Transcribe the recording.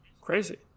Crazy